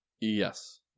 Yes